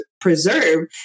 preserve